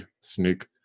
sneak